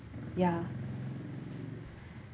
ya